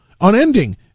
unending